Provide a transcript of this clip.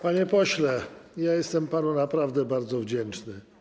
Panie pośle, jestem panu naprawdę bardzo wdzięczny.